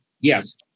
Yes